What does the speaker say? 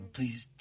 Please